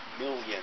million